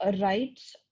right